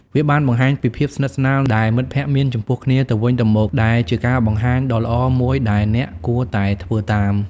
វាបានបង្ហាញពីភាពស្និទ្ធស្នាលដែលមិត្តភក្តិមានចំពោះគ្នាទៅវិញទៅមក ដែលជាការបង្ហាញដ៏ល្អមួយដែលអ្នកគួរតែធ្វើតាម។